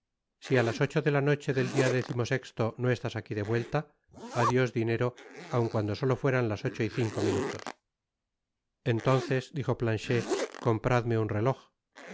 si a las ocho de la noche del dia décimosesto no estás aqui de vuelta adios dinero aun cuando solo fueran las ocho y cinco minutos entonces dijo planchet compradme un reloj